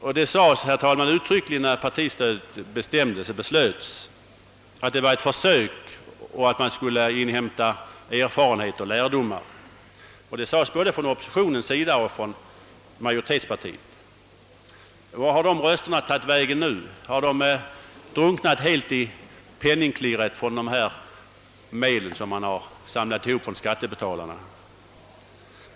När partistödet beslöts sades det uttryckligen både från oppositionen och majoritetspartiet, att det var ett försök och att man skulle inhämta erfarenheter och lärdomar. Vart har de rösterna tagit vägen nu? Har de drunknat helt i klirret från dessa pengar som man samlat ihop från skattebetalarna?